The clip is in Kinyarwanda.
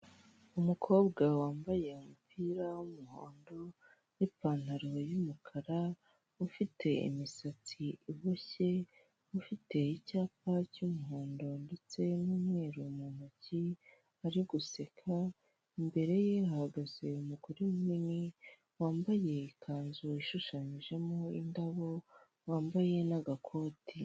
Icyangombwa cyerekana ibigomba kwishyurwa hakurikijwe amategeko cy'urwego rushinzwe imisoro n'amahoro mu Rwanda, Rwanda reveni otoriti.